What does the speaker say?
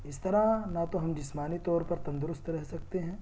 اس طرح نہ تو ہم جسمانی طور پر تندرست رہ سکتے ہیں